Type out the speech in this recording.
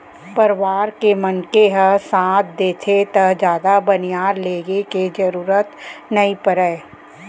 परवार के मनखे ह साथ देथे त जादा बनिहार लेगे के जरूरते नइ परय